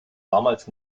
damals